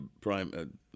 prime